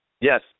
Yes